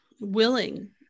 willing